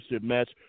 match